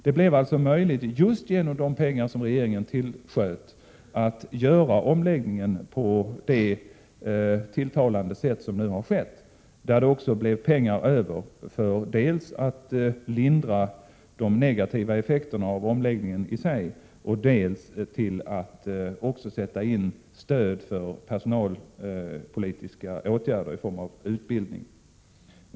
Det blev alltså möjligt, just tack vare de pengar som regeringen tillsköt, att göra omläggningen på detta tilltalande sätt, där det också blev pengar över för att dels i sig lindra de negativa effekterna av omläggningen, dels sätta in stöd för personalpolitiska åtgärder i form av utbildning.